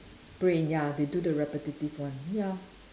brain ya they do the repetitive one ya